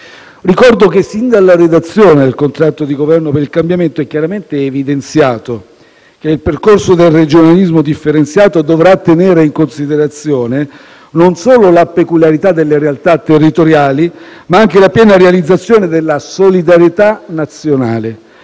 Ricordo che sin dalla redazione del contratto per il Governo del cambiamento è chiaramente evidenziato che il percorso del regionalismo differenziato dovrà tenere in considerazione non solo la peculiarità delle realtà territoriali, ma anche la piena realizzazione della solidarietà nazionale,